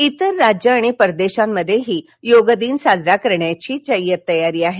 इतर राज्यं आणि परदेशांमध्येही योग दिन साजरा करण्याची जय्यत तयारी आहे